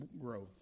growth